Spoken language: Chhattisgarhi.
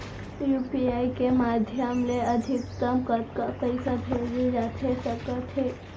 यू.पी.आई के माधयम ले अधिकतम कतका पइसा भेजे जाथे सकत हे?